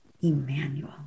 Emmanuel